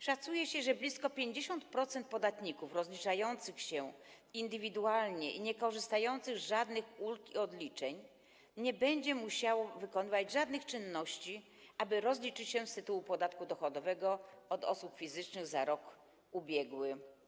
Szacuje się, że blisko 50% podatników rozliczających się indywidualnie i niekorzystających z żadnych ulg i odliczeń nie będzie musiało wykonywać żadnych czynności, aby rozliczyć się z fiskusem z tytułu podatku dochodowego od osób fizycznych za rok ubiegły.